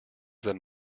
them